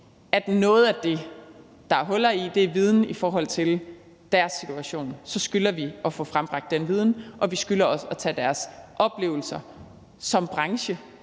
er nogle huller i forhold til den viden, der er om deres situation. Så skylder vi at få frembragt den viden, og vi skylder også at tage deres oplevelser som branche